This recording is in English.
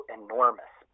enormous